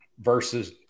versus